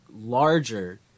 larger